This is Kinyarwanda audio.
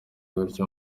gutyo